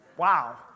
Wow